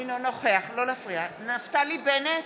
אינו נוכח נפתלי בנט,